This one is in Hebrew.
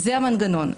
זה המנגנון.